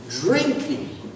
drinking